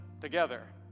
together